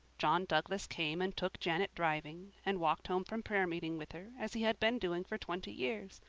john douglas came and took janet driving, and walked home from prayer-meeting with her, as he had been doing for twenty years,